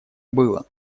было